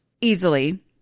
easily